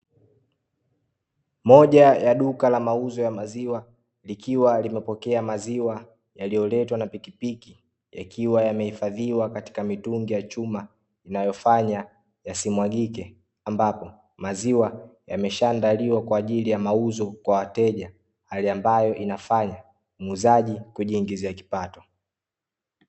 Moja ya duka la mauzo ya maziwa likiwa limepokea maziwa yaliyoletwa na pikipiki, yakiwa yamehifadhiwa katika mitungi ya chuma inayofanya yasimwagike. Ambapo maziwa yameshaandaliwa kwa ajili ya mauzo kwa wateja, hali ambayo inafanya muuzaji kujiingizia kipato.